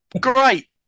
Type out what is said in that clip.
great